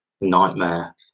nightmare